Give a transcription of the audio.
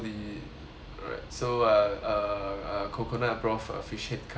alright so uh uh a coconut broth uh fish head curry